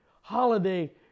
holiday